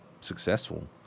successful